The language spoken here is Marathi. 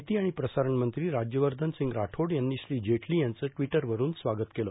माहिती आणि प्रसारण मंत्री राज्यवर्धन सिंग राठोड यांनी श्री जेटली यांचं टिवटरवरून स्वागत केलं